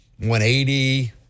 180